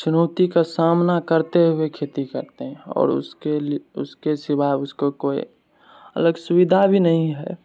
चुनौतीके सामना करते हुए खेती करते हैं आओर उसके लिए उसके सिवाय उसको कोई अलग सुविधा भी नही है